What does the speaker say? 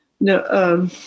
no